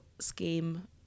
scheme